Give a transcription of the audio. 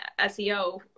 SEO